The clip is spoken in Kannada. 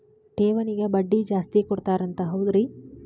ಠೇವಣಿಗ ಬಡ್ಡಿ ಜಾಸ್ತಿ ಕೊಡ್ತಾರಂತ ಹೌದ್ರಿ?